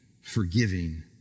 forgiving